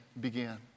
began